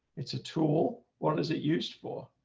it's a tool. what is it used for